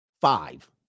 Five